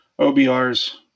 OBR's